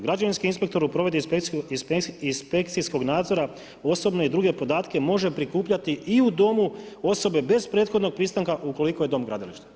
Građevinski inspektor u provedbi inspekcijskog nadzora osobne i druge podatke može prikupljati i u domu osobe bez prethodnog pristanka ukoliko je dom gradilište.